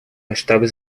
масштабы